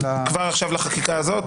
כבר עכשיו לחקיקה הזאת?